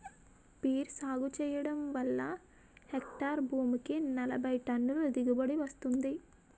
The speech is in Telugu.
పీర్ సాగు చెయ్యడం వల్ల హెక్టారు భూమికి నలబైటన్నుల దిగుబడీ వస్తుంది